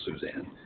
Suzanne